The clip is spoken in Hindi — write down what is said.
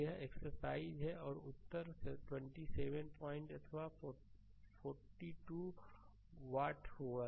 तो यह एक्सरसाइज है और उत्तर 27 पॉइंट अथवा 4 2 वाट होगा